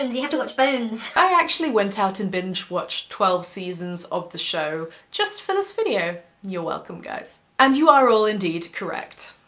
you have to watch bones, i actually went out and binge watched twelve seasons of the show just for this video. you're welcome guys. and you are all indeed, correct.